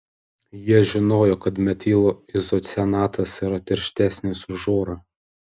jie žinojo kad metilo izocianatas yra tirštesnis už orą